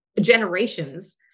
generations